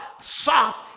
soft